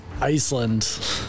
iceland